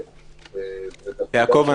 הפעולה שלך לא --- תביא את זה להצבעה,